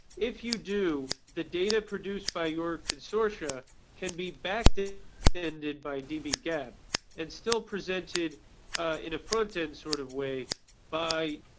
if you do, the data produced by your consortia can be back-ended back-ended by dbgap and still presented in a front-end sort of way by